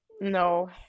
No